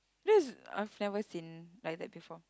this I've never seen like that before